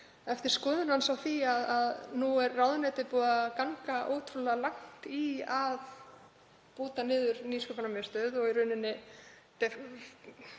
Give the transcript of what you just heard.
eftir skoðun hans á því að nú er ráðuneytið búið að ganga ótrúlega langt í að búta niður Nýsköpunarmiðstöð og í rauninni